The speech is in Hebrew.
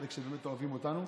חלק שבאמת אוהבים אותנו,